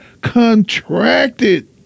contracted